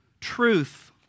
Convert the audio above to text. truth